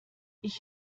ich